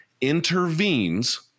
intervenes